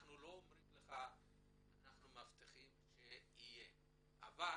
אנחנו לא אומרים לך שאנחנו מבטיחים שיהיה, אבל